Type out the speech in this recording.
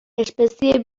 espezie